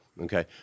Okay